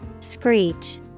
Screech